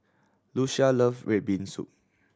Lucia love red bean soup